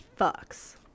fucks